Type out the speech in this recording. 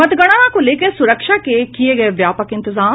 मतगणना को लेकर सुरक्षा के किये गये व्यापक इंतजाम